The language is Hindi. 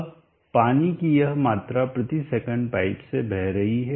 अब पानी की यह मात्रा प्रति सेकंड पाइप से बह रही है